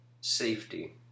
safety